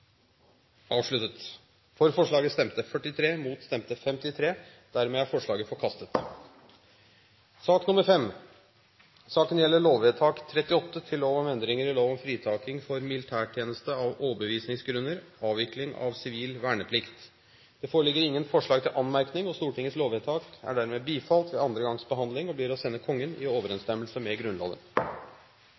de støtter forslaget subsidiært. I sak nr. 4 foreligger det ikke noe voteringstema. Det foreligger ingen forslag til anmerkning, og Stortingets lovvedtak er dermed bifalt ved andre gangs behandling og blir å sende Kongen i overensstemmelse med Grunnloven.